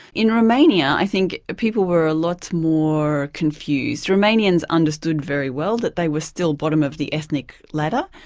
in romania, i think people were a lot more confused. romanians understood very well that they were still bottom of the ethnic ladder,